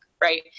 right